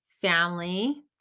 family